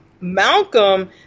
Malcolm